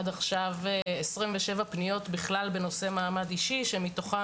אז עדיין לא הסתיימו שלושת החודשים שמקבל כל תייר שמגיע לישראל.